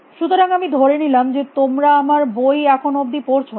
সুতরাং আমি ধরে নিলাম যে তোমরা আমার বই এখনো অবধি পড়ছ না